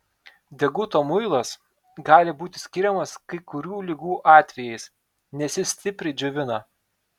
deguto muilas gali būti skiriamas kai kurių ligų atvejais nes jis stipriai džiovina